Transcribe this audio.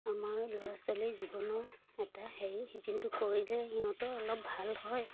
আমাৰ ল'ৰা ছোৱালী জীৱনৰ এটা হেৰি যোনটো কৰিলে সিহঁতে অলপ ভাল হয়